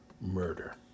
murder